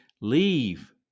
leave